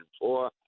four